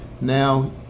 now